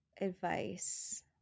Advice